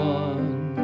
one